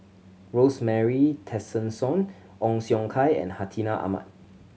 Rosemary Tessensohn Ong Siong Kai and Hartinah Ahmad